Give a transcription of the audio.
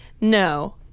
No